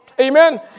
Amen